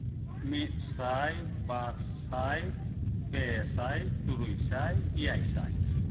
ᱢᱤᱫ ᱥᱟᱭ ᱵᱟᱨ ᱥᱟᱭ ᱯᱮ ᱥᱟᱭ ᱛᱩᱨᱩᱭ ᱥᱟᱭ ᱮᱭᱟᱭ ᱥᱟᱭ